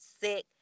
sick